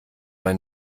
man